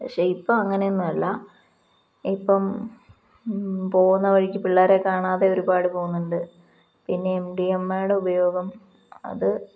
പക്ഷെ ഇപ്പോള് അങ്ങനെയൊന്നുമല്ല ഇപ്പോള് പോവുന്ന വഴിക്കു പിള്ളേരെ കാണാതെ ഒരുപാട് പോകുന്നുണ്ട് പിന്നെ എം ഡി എം എയുടെ ഉപയോഗം അത്